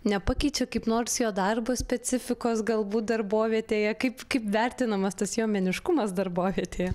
nepakeičia kaip nors jo darbo specifikos galbūt darbovietėje kaip kaip vertinamas tas jo meniškumas darbovietė